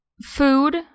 food